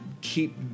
keep